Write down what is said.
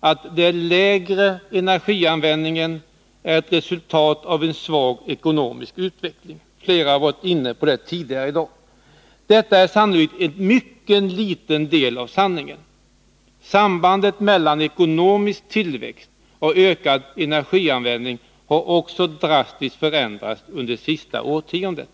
att den lägre energianvändningen är ett resultat av en svag ekonomisk utveckling. Flera talare har varit inne på detta tidigare i dag. Detta är sannolikt en mycket liten del av sanningen. Sambandet mellan ekonomisk tillväxt och ökad energianvändning har också drastiskt förändrats under det senaste årtiondet.